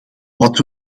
wat